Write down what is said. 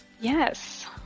Yes